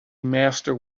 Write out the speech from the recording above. master